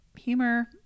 humor